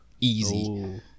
easy